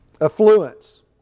affluence